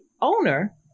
owner